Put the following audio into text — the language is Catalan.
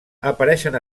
apareixen